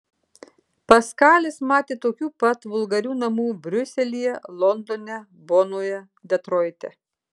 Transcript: paskalis matė tokių pat vulgarių namų briuselyje londone bonoje detroite